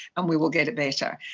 and we will get it better.